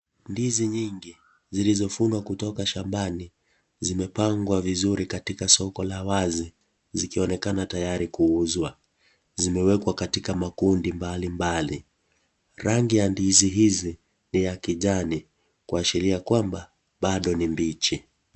Ndizi nyingi, zilizovunwa kutoka shambani, zimepangwa vizuri katika soko la wazi zikionekanaka tayari kuuzwa. Zimewekwa katika makundi mbali mbali. Rangi ya ndizi hizi, ni ya kijani, kuashiria kwamba, bado ni mbichi.